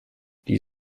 die